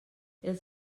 els